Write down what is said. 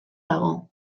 dago